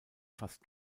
fast